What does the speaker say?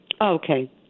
okay